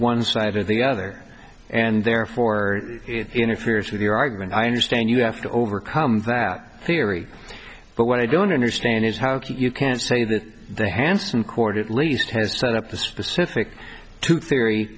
one side or the other and therefore it interferes with your argument i understand you have to overcome that theory but what i don't understand is how you can say that the hanson court at least has set up the specific theory